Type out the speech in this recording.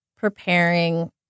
preparing